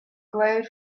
glowed